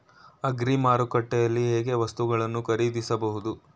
Agri ಮಾರುಕಟ್ಟೆಯಲ್ಲಿ ಹೇಗೆ ವಸ್ತುಗಳನ್ನು ಖರೀದಿಸಬಹುದು?